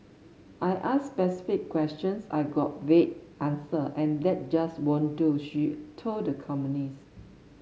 I asked specific questions I got vague answer and that just won't do she told the companies